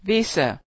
Visa